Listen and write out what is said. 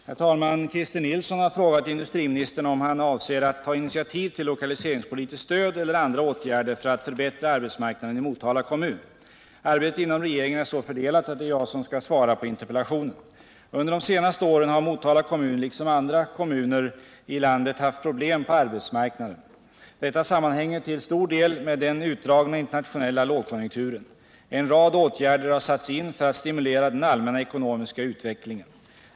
Herr talman! Christer Nilsson har frågat industriministern om han avser att ta initiativ till lokaliseringspolitiskt stöd eller andra åtgärder för att förbättra arbetsmarknaden i Motala kommun. Arbetet inom regeringen är så fördelat att det är jag som skall svara på interpellationen. Under de senaste åren har Motala kommun liksom andra kommuner i landet haft problem på arbetsmarknaden. Detta sammanhänger till stor del med den utdragna internationella lågkonjunkturen. En rad åtgärder har satts in för att stimulera den allmänna ekonomiska utvecklingen.